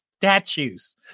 statues